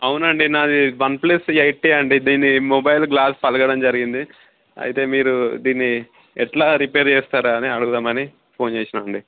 అవునండి నాది OnePlus eighty అండి దీని మొబైల్ గ్లాస్ పగలడం జరిగింది అయితే మీరు దీన్ని ఎట్లా రిపేర్ చేస్తారా అని అడుగుదామని ఫోన్ చేసిన అండి